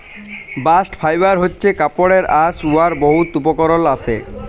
bast fibre হছে কাপড়ের আঁশ উয়ার বহুত উপকরল আসে